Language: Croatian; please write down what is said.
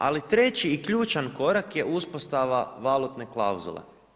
Ali, treći i ključan korak je uspostava valutne klauzule.